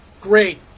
Great